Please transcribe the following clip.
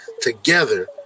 together